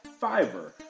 Fiverr